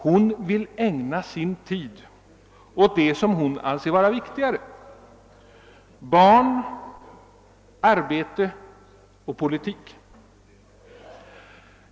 Hon ville ägna sin tid åt det som hon anser vara viktigare: barn, arbete och politik.